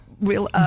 real